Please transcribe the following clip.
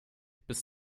bis